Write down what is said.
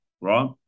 right